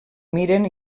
miren